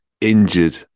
injured